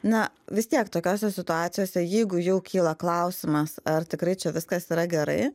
na vis tiek tokiose situacijose jeigu jau kyla klausimas ar tikrai čia viskas yra gerai